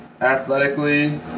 Athletically